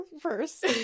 first